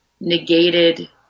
negated